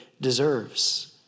deserves